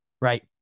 right